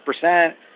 percent